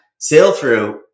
Sailthrough